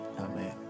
Amen